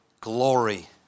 glory